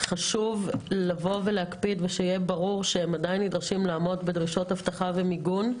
חשוב להקפיד ושיהיה ברור שהם עדיין נדרשים לעמוד בדרישות אבטחה ומיגון.